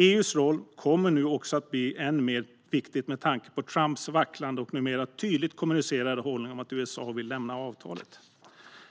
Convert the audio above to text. EU:s roll kommer nu att bli än viktigare med tanke på Trumps vacklande och numera tydligt kommunicerade hållning att USA vill lämna avtalet.